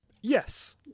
Yes